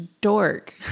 dork